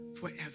forever